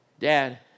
Dad